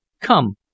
Come